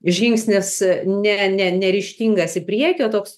žingsnis ne ne neryžtingas į priekį o toks